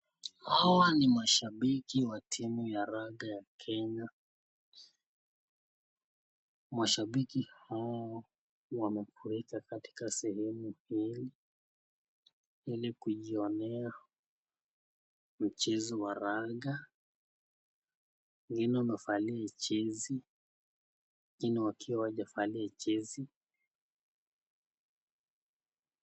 Hawa ni mashambiki wa timu ya raga ya Kenya. Mashambiki hawa wamepoeza katika sehemu hii ili kujionea mchezo wa raga. Wengine wamevalia jezi, wengine wakiwa hawajavalia jezi.